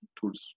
tools